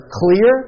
clear